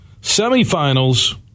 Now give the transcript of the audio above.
Semifinals